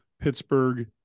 Pittsburgh